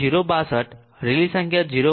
062 રેલી સંખ્યા 0